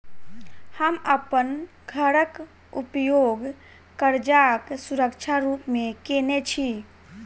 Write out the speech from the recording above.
हम अप्पन घरक उपयोग करजाक सुरक्षा रूप मेँ केने छी